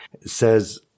says